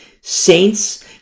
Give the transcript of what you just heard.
saints